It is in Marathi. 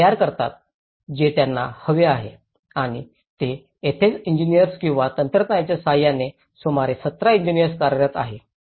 ते तयार करतात जे त्यांना हवे आहे आणि ते येथेच इंजिनिर्स किंवा तंत्रज्ञानाच्या सहाय्याने सुमारे 17 इंजिनिर्स कार्यरत आहेत